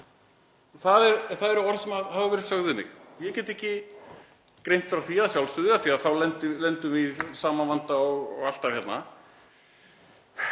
Það eru orð sem hafa verið sögð við mig. Ég get ekki greint frá þeim, að sjálfsögðu, af því að þá lendum við í sama vanda og alltaf hérna